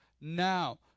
now